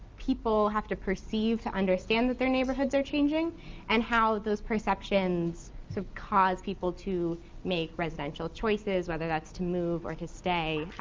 people have to perceive to understand that their neighborhoods are changing and how those perceptions have so caused people to make residential choices, whether that's to move or to stay.